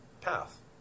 path